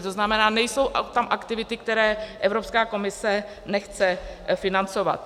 To znamená, nejsou tam aktivity, které Evropská komise nechce financovat.